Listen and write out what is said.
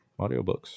Audiobooks